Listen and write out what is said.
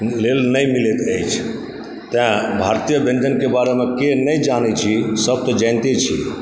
नहि मिलत अछि ताहि भारतीय व्यञ्जनके बारेमे कोइ नहि जानय छै सब तऽ जानिते छै